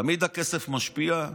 תמיד הכסף משפיע.